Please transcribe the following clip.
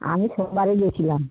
আমি সোমবারেই গিয়েছিলাম